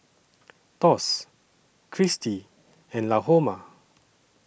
Thos Cristi and Lahoma